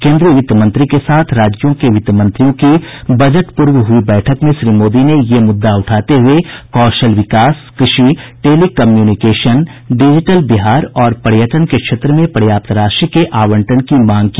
केन्द्रीय वित्त मंत्री के साथ राज्यों के वित्त मंत्रियों की बजट पूर्व हुई बैठक में श्री मोदी ने यह मुद्दा उठाते हुए कौशल विकास कृषि टेलीकम्युनिकेशन डिजीटल बिहार और पर्यटन के क्षेत्र में पर्याप्त राशि के आवंटन की मांग की